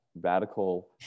radical